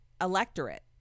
electorate